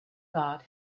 god